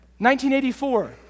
1984